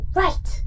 right